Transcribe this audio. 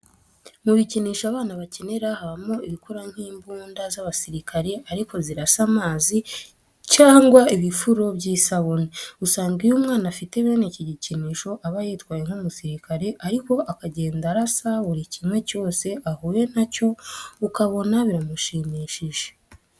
Mu bikinisho abana bakenera habamo ibikora nk'imbunda z'abasirikare ariko zirasa amazi cyangwa ibifuro by'isabune. Usanga iyo umwana afite bene iki gikinisho aba yitwaye nk'umusirikare ariko akagenda arasa buri kimwe cyose ahuye na cyo ukabona biramushimishije.